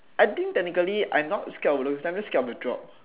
I think technically I'm not scared of roller coaster I'm just scared of the drops